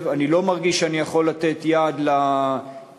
אני לא מרגיש שאני יכול לתת יד לתהליך